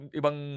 ibang